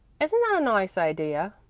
isn't that a nice idea?